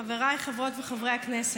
חבריי חברות וחברי הכנסת,